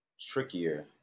trickier